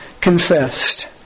confessed